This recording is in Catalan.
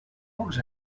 pocs